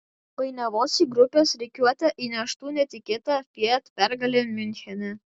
painiavos į grupės rikiuotę įneštų netikėta fiat pergalė miunchene